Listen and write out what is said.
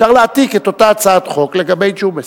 אפשר להעתיק את אותה הצעת חוק לגבי ג'ומס.